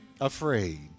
afraid